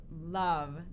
love